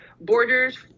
borders